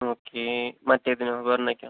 okay മറ്റേതിനോ വെർണയ്ക്കോ